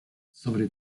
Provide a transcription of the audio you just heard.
sobre